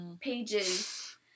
pages